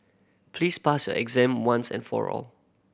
please pass your exam once and for all